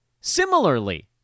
Similarly